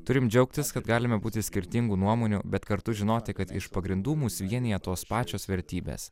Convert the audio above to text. turim džiaugtis kad galime būti skirtingų nuomonių bet kartu žinoti kad iš pagrindų mus vienija tos pačios vertybės